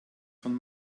von